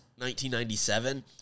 1997